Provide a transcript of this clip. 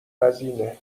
وزینه